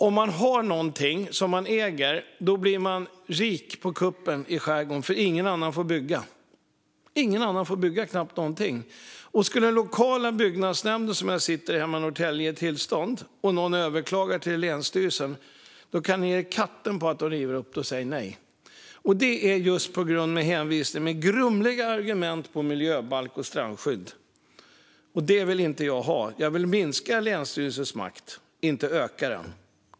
Om man har någonting som man äger blir man rik på kuppen i skärgården, för nästan ingen annan får bygga. Och om den lokala byggnadsnämnden, som jag sitter i hemma i Norrtälje, skulle ge tillstånd och någon annan sedan överklagar till länsstyrelsen kan ni ge er katten på att den river upp det och säger nej. Detta görs, med grumliga argument, med hänvisning till miljöbalk och strandskydd, och så vill inte jag ha det. Jag vill minska länsstyrelsens makt, inte öka den.